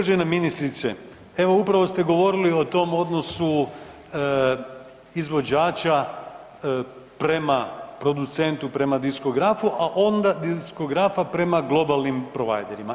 Uvažena ministrice evo upravo ste govorili o tom odnosu izvođača prema producentu, prema diskografu, a onda diskografa prema globalnim providerima.